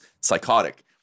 psychotic